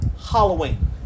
Halloween